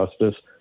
Justice